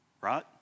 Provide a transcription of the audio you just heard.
right